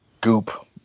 goop